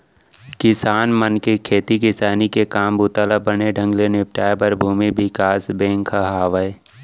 किसान मन के खेती किसानी के काम बूता ल बने ढंग ले निपटाए बर भूमि बिकास बेंक ह हावय